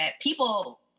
people